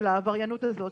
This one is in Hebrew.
של העבריינות הזאת,